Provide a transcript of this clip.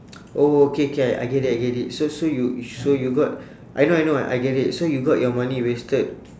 oh okay can I get it I get it so so you so you got I know I know I get it so you got your money wasted